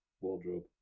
wardrobe